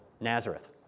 Nazareth